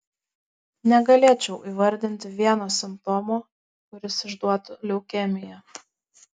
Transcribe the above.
negalėčiau įvardinti vieno simptomo kuris išduotų leukemiją